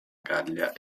gallia